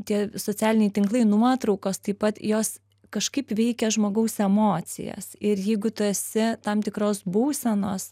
tie socialiniai tinklai nuotraukos taip pat jos kažkaip veikia žmogaus emocijas ir jeigu tu esi tam tikros būsenos